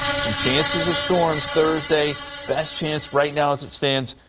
some chances of storms thursday. best chance right now as it stands.